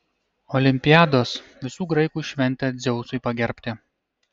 olimpiados visų graikų šventė dzeusui pagerbti